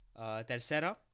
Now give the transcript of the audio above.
Tercera